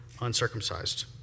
uncircumcised